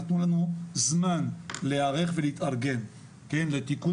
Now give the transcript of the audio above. נתנו לנו זמן להיערך ולהתארגן לתיקון